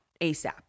ASAP